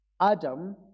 Adam